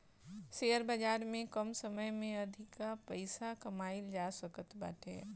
share बाजार में कम समय में अधिका पईसा कमाईल जा सकत बाटे